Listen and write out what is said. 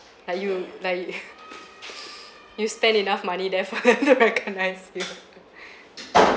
like you like you spend enough money therefore I recognize you